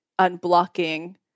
unblocking